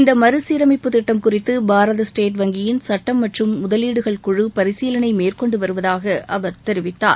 இந்த மறுசீரமைப்பு திட்டம் குறித்து பாரத ஸ்டேட் வங்கியின் சுட்டம் மற்றும் முதலீடுகள் குழு பரிசீலனை மேற்கொண்டு வருவதாக அவர் தெரிவித்தார்